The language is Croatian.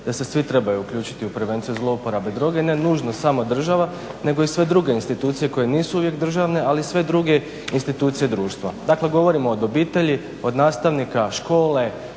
da se svi trebaju uključiti u prevenciju zlouporabe droge ne nužno samo država nego i sve druge institucije koje nisu uvijek državne ali sve druge institucije društva. Dakle govorim od obitelji, nastavnika, škole,